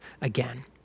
again